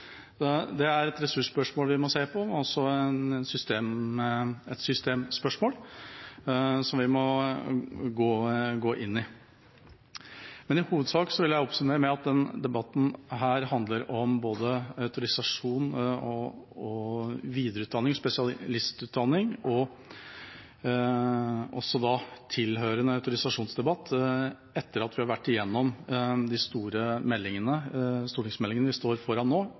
Det er et ressursspørsmål vi må se på, og også et systemspørsmål som vi må gå inn i. Men i hovedsak vil jeg oppsummere med å si at denne debatten handler om både autorisasjon og videreutdanning, spesialistutdanning, og også da tilhørende autorisasjonsdebatt etter at vi har vært igjennom de store stortingsmeldingene om helsevesenet som vi nå står foran.